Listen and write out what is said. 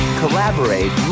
collaborate